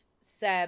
Seb